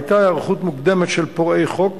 היתה היערכות מוקדמת של פורעי חוק